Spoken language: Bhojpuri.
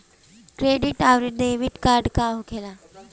क्रेडिट आउरी डेबिट कार्ड का होखेला?